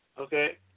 okay